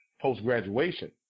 post-graduation